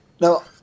No